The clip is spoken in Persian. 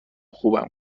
خوبم